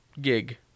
gig